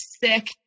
sick